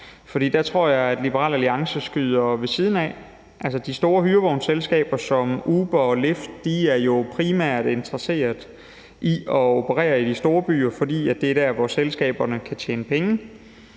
For der tror jeg, at Liberal Alliance rammer ved siden af. De store hyrevognsselskaber som Uber og Lyft er jo primært interesseret i at operere i de store byer, for det er der, hvor selskaberne kan tjene penge.